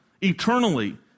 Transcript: eternally